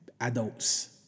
adults